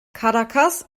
caracas